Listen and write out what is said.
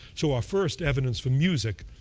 so our first evidence for music,